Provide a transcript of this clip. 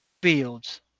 fields